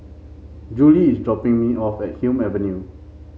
Juli is dropping me off at Hume Avenue